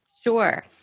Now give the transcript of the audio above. Sure